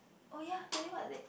oh ya today what date